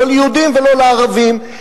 לא ליהודים ולא לערבים,